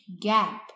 gap